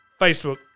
Facebook